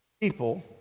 people